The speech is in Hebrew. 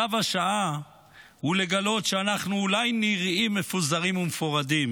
צו השעה הוא לגלות שאנחנו אולי נראים מפוזרים ומפורדים,